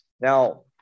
Now